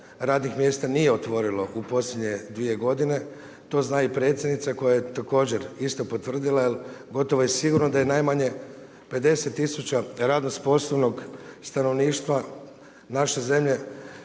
radnih mjesta nije otvorilo u posljednje 2 godine, to zna i predsjednica koja je također isto potvrdila. Jer, gotovo je sigurno da je najmanje 50000 radno sposobnog stanovništva naše zemlje